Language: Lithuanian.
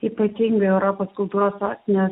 ypatingai europos kultūros sostinės